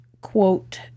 quote